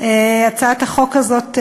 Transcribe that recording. הצעת החוק הזאת,